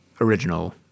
original